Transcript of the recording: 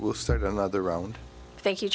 we'll start another round thank you